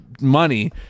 money